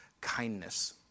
kindness